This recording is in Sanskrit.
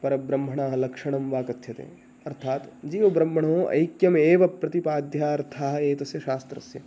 परब्रह्मणः लक्षणं वा कथ्यते अर्थात् जीवब्रह्मणः ऐक्यमेव प्रतिपाध्यार्थाः एतस्य शास्त्रस्य